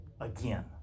Again